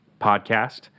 podcast